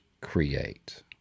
create